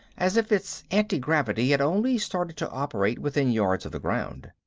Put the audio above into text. as if its antigravity had only started to operate within yards of the ground.